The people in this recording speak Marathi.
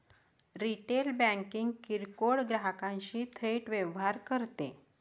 रिटेल बँकिंग किरकोळ ग्राहकांशी थेट व्यवहार करते